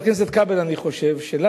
אני חושב שחבר הכנסת כבל,